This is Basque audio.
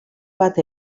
bat